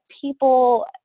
people